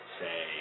say